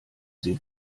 sie